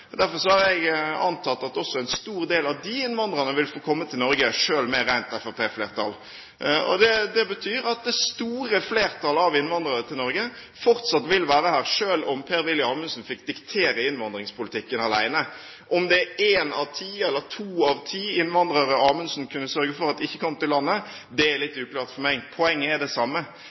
Derfor har jeg antatt at også en stor del av disse innvandrerne vil få komme til Norge selv med rent fremskrittspartiflertall. Det betyr at det store flertallet av innvandrere til Norge fortsatt vil være her, selv om Per-Willy Amundsen fikk diktere innvandringspolitikken alene. Om det er én av ti eller to av ti innvandrere Amundsen kunne sørge for ikke kom til landet, er litt uklart for meg, men poenget er det samme: